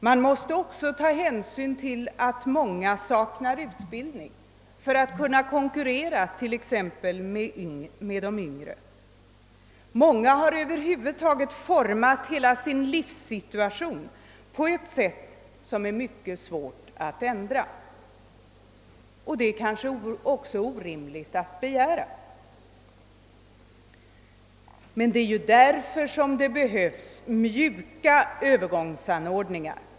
Man måste också ta hänsyn till att många saknar utbildning för att kunna konkurrera med t.ex. de yngre. Många har över huvud taget format hela sin livssituation på ett sätt som är mycket svårt att ändra, och det kanske också skulle vara orimligt att begära det. Det är därför som det behövs mjuka övergångsanordningar.